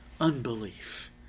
unbelief